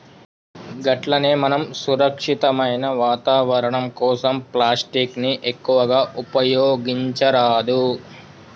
గట్లనే మనం సురక్షితమైన వాతావరణం కోసం ప్లాస్టిక్ ని ఎక్కువగా ఉపయోగించరాదు